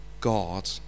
God